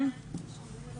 אמא לשלושה ילדים.